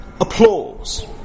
applause